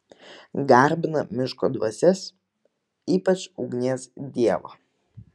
garbina miško dvasias ypač ugnies dievą